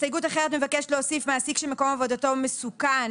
הסתייגות אחרת מבקשת להוסיף "מעסיק שמקום עבודתו מסוכן",